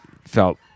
felt